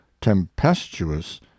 TEMPESTUOUS